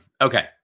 Okay